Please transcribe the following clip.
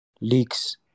leaks